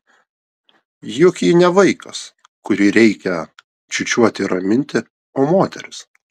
juk ji ne vaikas kurį reikia čiūčiuoti ir raminti o moteris